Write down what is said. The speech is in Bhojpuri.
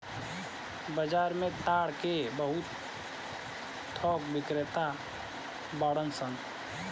बाजार में ताड़ के बहुत थोक बिक्रेता बाड़न सन